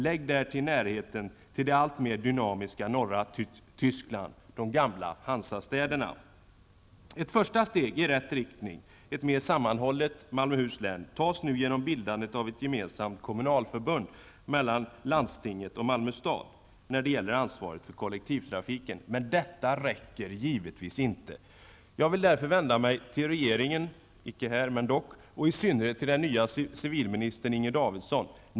Lägg därtill närheten till det alltmer dynamiska norra Ett första steg i rätt riktning -- ett mer sammanhållet Malmöhus län -- tas nu genom bildandet av ett gemensamt kommunalförbund mellan landstinget och Malmö stad när det gäller ansvaret för kollektivtrafiken. Men detta räcker givetvis inte. Jag vill därför vända mig till den nya regeringen -- trots att deninte är här i kammaren -- och i synnerhet till den nya civilministern, Inger Davidsson.